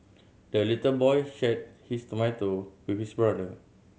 the little boy shared his tomato with his brother